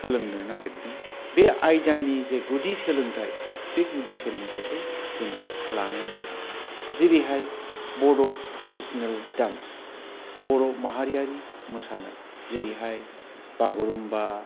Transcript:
सोलोंनो नागिरदों बे आयदानि जे गुदि सोलोंथाय बे गुदि सोलोंथायखौ जोङो लानाया मोजां जेरैहाय बड' ट्रेडिसिनेल डान्स बर' माहारियारि मोसानाय जेरैहाय बागुरुमबा